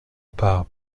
par